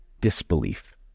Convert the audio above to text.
disbelief